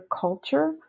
culture